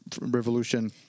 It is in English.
revolution